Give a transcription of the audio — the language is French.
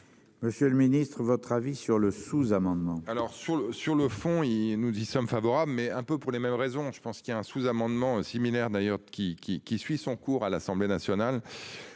Monsieur le Ministre, votre avis sur le sous-amendement.